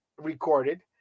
recorded